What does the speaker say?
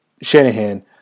Shanahan